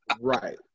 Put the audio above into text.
Right